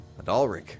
Adalric